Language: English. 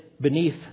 beneath